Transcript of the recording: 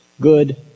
good